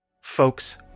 Folks